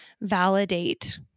validate